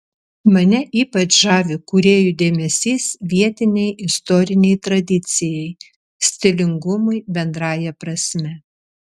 mane ypač žavi kūrėjų dėmesys vietinei istorinei tradicijai stilingumui bendrąja prasme